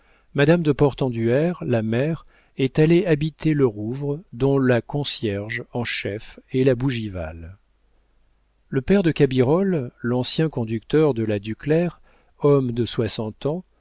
madame de portenduère la mère est allée habiter le rouvre dont la concierge en chef est la bougival le père de cabirolle l'ancien conducteur de la ducler homme de soixante ans